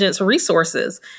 resources